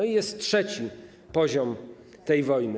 I jest trzeci poziom tej wojny.